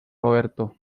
roberto